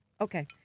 Okay